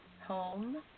home